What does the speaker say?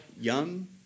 young